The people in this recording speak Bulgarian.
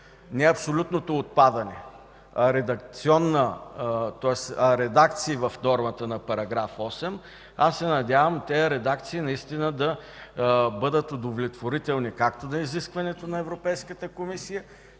не абсолютното отпадане, а редакции в нормата на § 8, се надявам тези редакции наистина да бъдат удовлетворителни както на изискването на Европейската комисия,